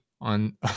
on